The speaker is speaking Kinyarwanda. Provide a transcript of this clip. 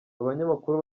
abanyamakuru